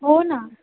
हो ना